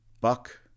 Buck